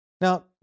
Now